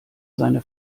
seine